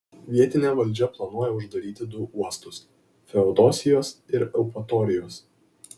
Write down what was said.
vietinė valdžia planuoja uždaryti du uostus feodosijos ir eupatorijos